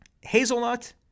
Hazelnut